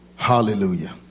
Hallelujah